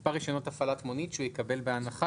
מספר רישיונות הפעלת מונית שהוא יקבל בהנחה,